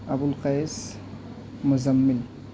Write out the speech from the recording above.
Abulqais Muzammil